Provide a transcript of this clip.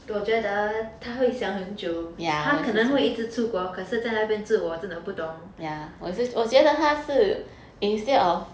我觉得他会想很久他可能会一直出国可是在那边住我真的不懂